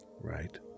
right